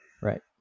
Right